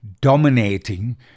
dominating